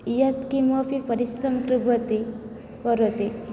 यत् किमपि परिश्रमं कुर्वन्ति करोति